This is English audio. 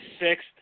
sixth